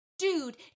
dude